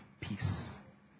peace